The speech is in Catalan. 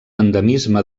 endemisme